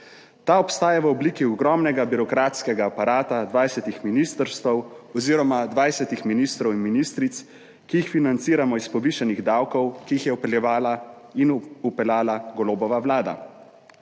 Ta obstaja v obliki ogromnega birokratskega aparata 20 ministrstev oziroma 20 ministrov in ministric, ki jih financiramo iz povišanih davkov, ki jih je vpeljevala in vpeljala Golobova vlada.